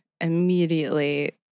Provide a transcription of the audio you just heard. immediately